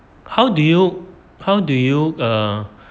how do you how do you ah